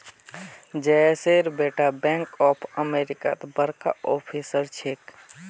जयेशेर बेटा bank of अमेरिकात बड़का ऑफिसर छेक